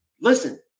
Listen